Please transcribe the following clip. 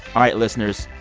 all right, listeners.